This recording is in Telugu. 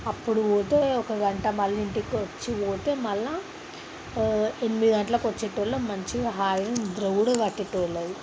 అప్పుడు పోతే ఒక గంట మళ్ళీ ఇంటికి వచ్చి పోతే మళ్ళీ ఎనిమిది గంటలకు వచ్చేటోలం మంచిగా హాయిగా నిద్ర కూడా పట్టేటోలది